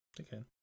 Okay